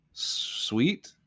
sweet